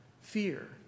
fear